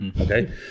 Okay